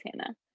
Hannah